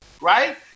right